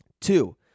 Two